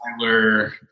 Tyler